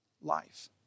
life